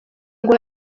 ngo